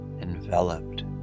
enveloped